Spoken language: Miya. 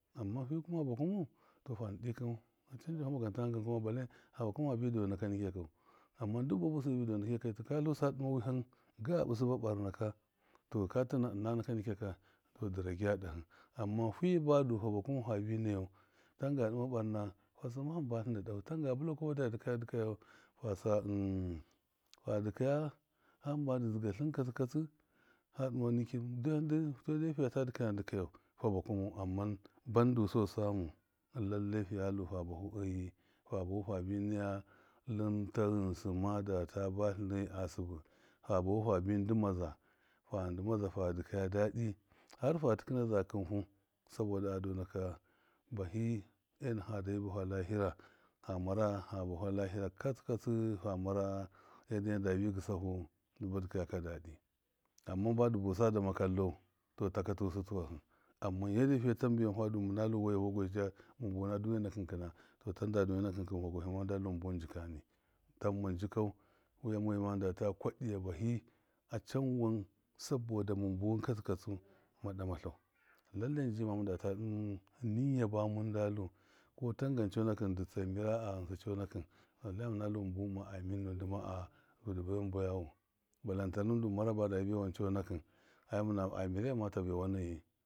Amma fɨkuma fa bakɨmau to fa ndṫ ikrɨ wɨ canja huma ganda ngɨn kau, balle ha bakama habɨ dona naka nɨkya kau, ama duk ba busɨ dɨbɨ dɔna nɨkya kya ka thusa dɨma wɨham gabɨ sɨba ɓar naka to tɨna ɨna nɨkya- nɨkyakya to dɨ rageya ɗahɨ ama fɨ badu fa bakuma faɓɨ nayau tanga dɨma barna fa sɨmma hamba tɨnɗɨ dahu tanga bɨlafu fama dɨka- dɨkayu, fu sa fa dɨkaya hamba dɨ dzɨgatlɨn katsɨ-katsɨ ha dɨma nɨkɨn ndyam daɨ saɨde dɨkaya dɨkayau fa bakumau, amman bandu sɔ samu lalle fɨyalu fa bafu ɔyi fa bafu fabɨ ndɨmaza fa ndɨma za fa dɨkaya dadi harfa tɨkɨna kɨnfu, sabɔda a ɗɔna ka bahɨ ena hade bafa lahɨra ha marafa bufa lahɨra kutsɨ-kaɨsɨ fa mara ena yadde bɨ gɨsafu ndɨ ba dɨkaya ka dadɨ ama badɨ busa dama kallɔ, tɔ taka tusɨ tuwahɨ ama yadde fɨye tambe wan tɨadu mɨna waɨya vɔgwahɨ da mɨn buna duniya nakɨn kɨna to tamda nuriya nakɨn nakɨn vɔgwahɨ ma mɨndalu mɨn buwɨn jikani tamma ndi kau wɨya mɔyu ma mɨmdada kwa-ɗiya bahi a canwan sabɔda mɨn buwɨn katsɨ katsu ma ɗamatlau, lalle njiji mɨn mɨn data nɨyya ba mɨn dalu kɔtangan cɔnakɨn dɨ tsam mira a ghɨnsɨ cɔnakɨn wallahi mɨnalu mɨnbuwɨn ma a mir nuwɨn dɨma a kɔdɨ baɨ wan bayawu, balantanan ma dɨ mara badabɨ baɨwan cɔnakɨn ai a mɨrai ma ta baɨwaneyi.